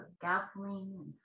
gasoline